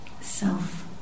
self